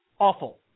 awful